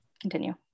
Continue